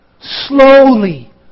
slowly